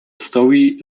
story